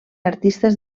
artistes